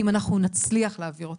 אם אנחנו נצליח להעביר אותו.